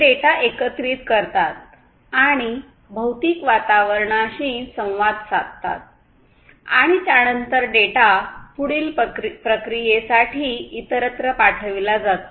ते डेटा एकत्रित करतात आणि भौतिक वातावरणाशी संवाद साधतात आणि त्यानंतर डेटा पुढील प्रक्रिये साठी इतरत्र पाठविला जातो